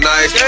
Nice